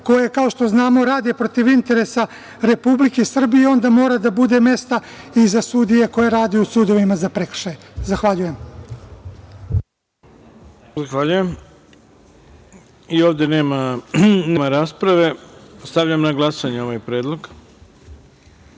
koje, kao što znamo, rade protiv interesa Republike Srbije, onda mora da bude mesta i za sudije koje rade u sudovima za prekršaje. Zahvaljujem. **Ivica Dačić** Zahvaljujem.I ovde nema rasprave. Stavljam na glasanje ovaj